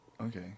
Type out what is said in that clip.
Okay